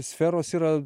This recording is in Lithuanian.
sferos yra